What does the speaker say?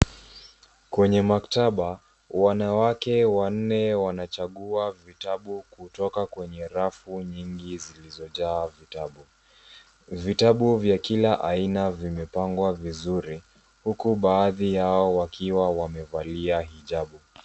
Kwenye maktaba wanawake wanne wanachagua vitabu kutoka kwenye rafu nyingi zilizojaa vitabu. Vitabu vya kila aina vimepangwa vizuri huku baadhi yao wakiwa wamevalia hijabu.